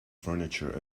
furniture